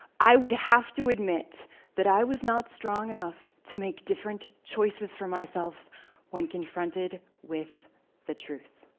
i would have to admit that i was not strong enough to make different choices for myself when confronted with the truth.